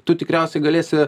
tu tikriausiai galėsi